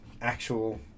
actual